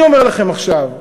אני אומר לכם עכשיו,